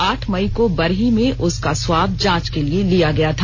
आठ मई को बरही में उसका स्वाब जांच के लिए लिया गया था